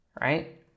right